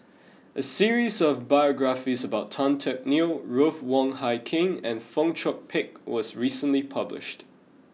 a series of biographies about Tan Teck Neo Ruth Wong Hie King and Fong Chong Pik was recently published